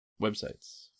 websites